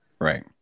Right